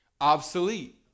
obsolete